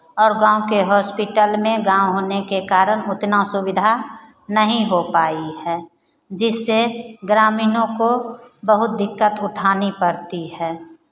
और गाँव के हॉस्पिटल में गाँव होने के कारण उतना सुविधा नहीं हो पाई है जिससे ग्रामीणों को बहुत दिक्कत उठानी पड़ती है